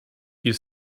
you